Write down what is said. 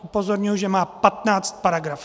Upozorňuji, že má patnáct paragrafů.